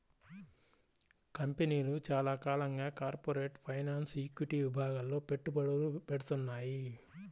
కంపెనీలు చాలా కాలంగా కార్పొరేట్ ఫైనాన్స్, ఈక్విటీ విభాగాల్లో పెట్టుబడులు పెడ్తున్నాయి